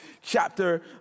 chapter